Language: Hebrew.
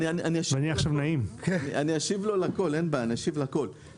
אני אשיב לכל השאלות שלו.